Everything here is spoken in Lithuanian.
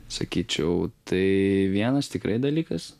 sakyčiau tai vienas tikrai dalykas